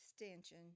extension